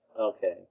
Okay